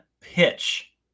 pitch